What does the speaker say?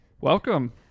Welcome